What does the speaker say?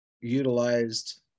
utilized